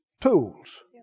tools